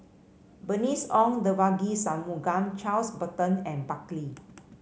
Bernice Ong Devagi Sanmugam Charles Burton and Buckley